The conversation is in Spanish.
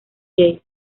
jay